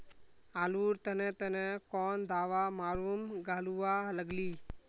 आलूर तने तने कौन दावा मारूम गालुवा लगली?